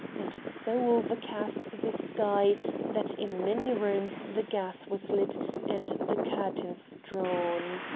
and so overcast the sky that in many rooms the gas was lit and the curtains drawn.